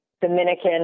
Dominican